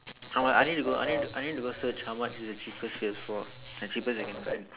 I w~ I need to go I need I need to go search how much is the cheapest P_S four the cheapest that can find